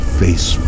face